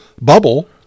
bubble